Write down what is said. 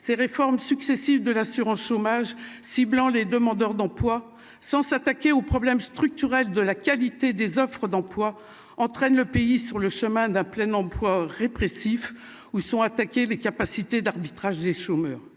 ces réformes successives de l'assurance chômage, ciblant les demandeurs d'emploi sans s'attaquer aux problèmes structurels de la qualité des offres d'emploi entraîne le pays sur le chemin d'un plein emploi répressif où sont attaqués, les capacités d'arbitrage des chômeurs,